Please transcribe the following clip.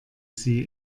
sie